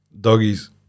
Doggies